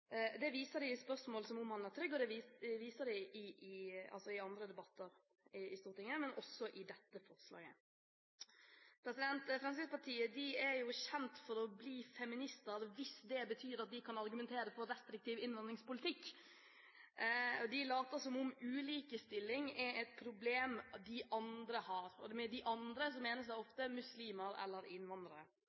Det viser de i spørsmål som omhandler trygd, og det viser de i andre debatter i Stortinget, og også i dette forslaget. Fremskrittspartiet er kjent for å bli feminister hvis det betyr at de kan argumentere for restriktiv innvandringspolitikk. De later som om «ulikestilling» er et problem de andre har. Med «de andre» mener de ofte muslimer eller innvandrere.